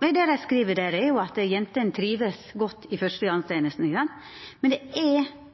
med det dei skriv der, er at jentene trivst godt i førstegongstenesta, men det er store manglar på kaserne og på PBU – det betyr klede og sånne ting – det er